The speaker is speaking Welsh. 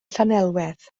llanelwedd